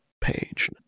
page